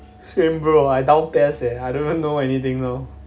same bro I down PES eh I don't even know anything you know